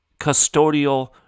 custodial